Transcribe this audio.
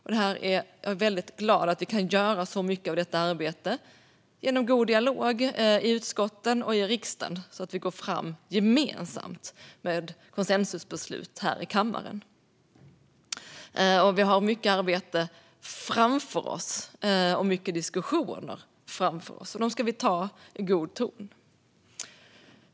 Jag är väldigt glad att vi kan göra så mycket av detta arbete genom god dialog i utskotten och i riksdagen, så att vi gemensamt kan fatta konsensusbeslut här i kammaren. Vi har mycket arbete framför oss, och vi har många diskussioner framför oss, och dem ska vi ta i god ton.